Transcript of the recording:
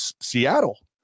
Seattle